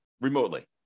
remotely